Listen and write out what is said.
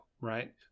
Right